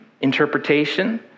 interpretation